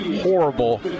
horrible